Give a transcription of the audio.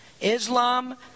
Islam